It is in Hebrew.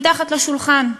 מתחת לשולחן,